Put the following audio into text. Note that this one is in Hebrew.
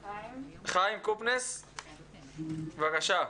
חיים קופנס, בבקשה.